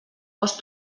cost